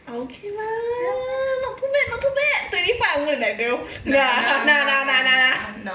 ah okay mah not too bad not too bad twenty five I'm gonna be like girl no ah na na na na na